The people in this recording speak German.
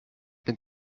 dem